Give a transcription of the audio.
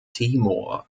timor